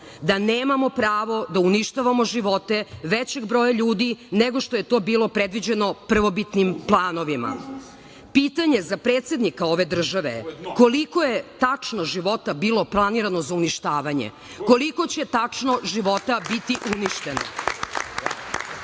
„da nemamo pravo da uništavamo živote većeg broja ljudi nego što je to bilo predviđeno prvobitnim planovima“. Pitanje za predsednika ove države - koliko je tačno života bilo planirano za uništavanje, koliko će tačno života biti uništeno? Nakon